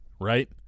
right